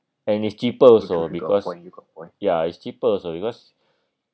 and it's cheaper also because ya it's cheaper also because